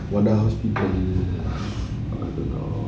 what hospital